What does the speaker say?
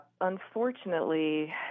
Unfortunately